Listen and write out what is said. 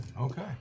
Okay